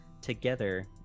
together